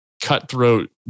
cutthroat